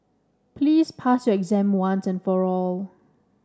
please pass your exam once and for all